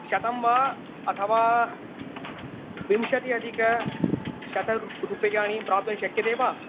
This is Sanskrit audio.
शतं वा अथवा विंशतिः अधिकशतं रूप्यकं रूप्यकाणि प्राप्तुं शक्यते वा